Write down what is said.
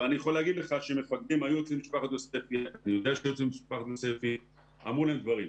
אני יכול לומר לך שמפקדים היו אצל משפחת יוספי ואמרו להם דברים.